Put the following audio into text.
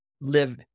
live